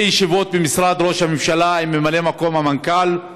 ישיבות במשרד ראש הממשלה עם ממלא מקום המנכ"ל,